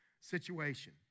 situation